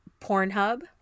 Pornhub